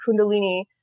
kundalini